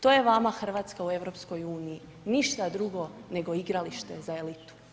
To je vama Hrvatska u EU, ništa drugo nego igralište za elitu.